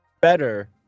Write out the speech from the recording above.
better